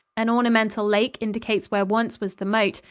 an ornamental lake indicates where once was the moat,